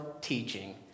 teaching